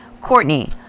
Courtney